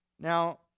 Now